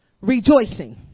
rejoicing